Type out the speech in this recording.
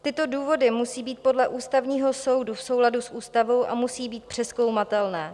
Tyto důvody musí být podle Ústavního soudu v souladu s ústavou a musí být přezkoumatelné.